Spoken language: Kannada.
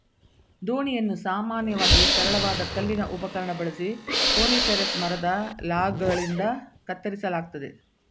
ದೋಣಿಯನ್ನು ಸಾಮಾನ್ಯವಾಗಿ ಸರಳವಾದ ಕಲ್ಲಿನ ಉಪಕರಣ ಬಳಸಿ ಕೋನಿಫೆರಸ್ ಮರದ ಲಾಗ್ಗಳಿಂದ ಕತ್ತರಿಸಲಾಗ್ತದೆ